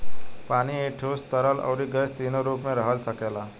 पानी ही ठोस, तरल, अउरी गैस तीनो रूप में रह सकेला